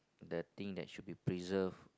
the thing that should be preserved